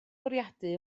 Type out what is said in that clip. bwriadu